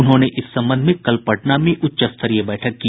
उन्होंने इस संबंध में कल पटना में उच्च स्तरीय बैठक की